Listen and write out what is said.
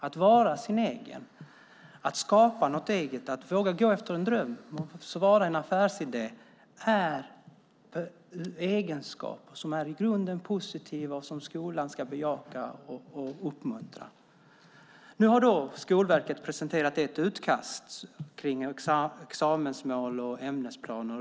Att vara sin egen, att skapa något eget och att våga gå efter en dröm, om det så är en affärsidé, är egenskaper som i grunden är positiva och som skolan ska bejaka och uppmuntra. Nu har Skolverket presenterat ett utkast om examensmål och ämnesplaner.